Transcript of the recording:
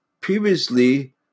Previously